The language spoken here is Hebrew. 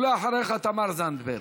ואחריך, תמר זנדברג.